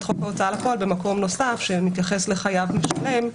חוק ההוצאה לפועל במקום נוסף שמתייחס לחייב משלם,